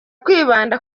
kwibanda